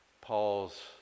Paul's